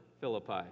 Philippi